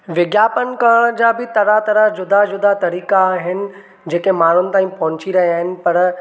विज्ञापन करण जा बि तरह तरह जुदा जुदा तरीक़ा आहिनि जेके माण्हुनि ताईं पहुची रहिया आहिनि पर